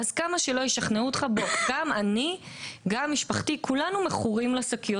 כמה שלא ישכנעו אותו - גם אני ומשפחתי כולנו מכורים לשקיות.